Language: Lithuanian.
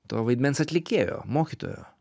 to vaidmens atlikėjo mokytojo